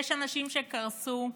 יש אנשים שקרסו,